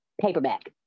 paperback